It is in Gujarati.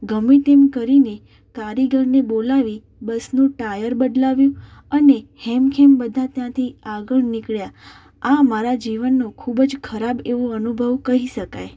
ગમે તેમ કરીને કારીગરને બોલાવી બસનું ટાયર બદલાવ્યું અને હેમખેમ બધા ત્યાંથી આગળ નીકળ્યા આ મારા જીવનનો ખૂબ જ ખરાબ એવો અનુભવ કહી શકાય